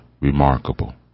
remarkable